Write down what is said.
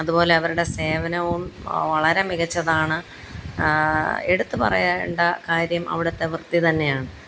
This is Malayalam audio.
അതുപോലെ അവരുടെ സേവനവും വളരെ മികച്ചതാണ് എടുത്ത് പറയേണ്ട കാര്യം അവടുത്തെ വൃത്തി തന്നെയാണ്